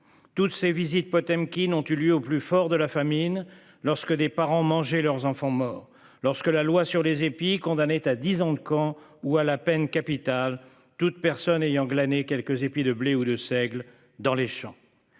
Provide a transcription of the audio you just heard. Toutes ces visites Potemkine ont eu lieu au plus fort de la famine lorsque des parents mangé leurs enfants morts lorsque la loi sur les épis, condamné à 10 ans de camp ou à la peine capitale. Toute personne ayant glané quelques épis de blé ou de seigle dans les champs.